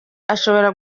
ashobora